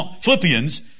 Philippians